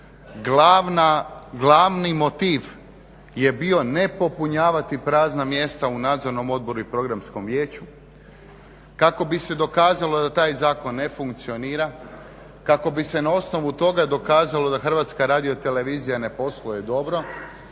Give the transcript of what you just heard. glavni motiv je bio ne popunjavati prazna mjesta u Nadzornom odboru i Programskom vijeću kako bi se dokazalo da taj zakon ne funkcionira, kako bi se na osnovu toga dokazalo da HRT ne posluje dobro,